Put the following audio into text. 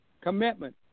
commitment